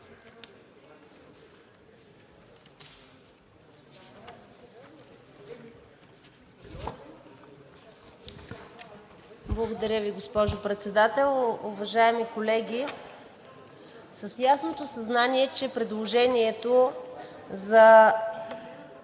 Благодаря Ви, госпожо Председател. Уважаеми колеги, с ясното съзнание, че предложението за